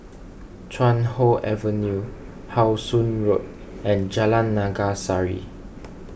Chuan Hoe Avenue How Sun Road and Jalan Naga Sari